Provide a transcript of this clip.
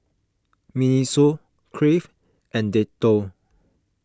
Miniso Crave and Dettol